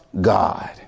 God